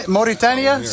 Mauritania